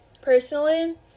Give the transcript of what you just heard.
Personally